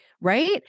right